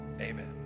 Amen